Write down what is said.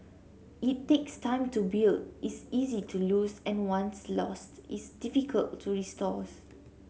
it takes time to build is easy to lose and once lost is difficult to restores